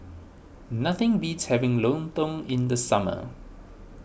nothing beats having Lontong in the summer